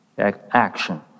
action